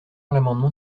l’amendement